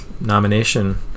nomination